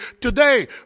today